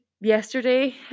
yesterday